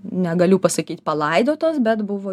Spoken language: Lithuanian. negaliu pasakyt palaidotos bet buvo